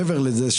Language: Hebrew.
מעבר לזה,